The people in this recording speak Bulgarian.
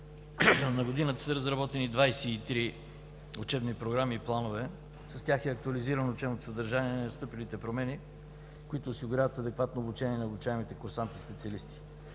на годината са разработени 23 учебни програми и планове, с тях е актуализирано учебното съдържание на настъпилите промени, които осигуряват адекватно обучение на обучаемите курсанти и специалисти.